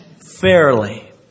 fairly